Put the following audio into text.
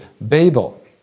Babel